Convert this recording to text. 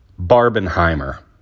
Barbenheimer